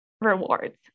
rewards